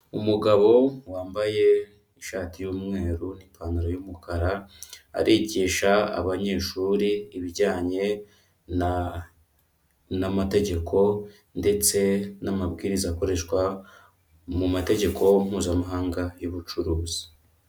Umugabo wambaye ishati y'umweru n'ipantaro y'umukara, arigisha abanyeshuri ibijyanye na n'amategeko ndetse n'amabwiriza akoreshwa mu mategeko Mpuzamahanga y'ubucuruzi.